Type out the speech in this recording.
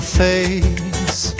face